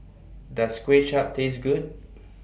Does Kuay Chap Taste Good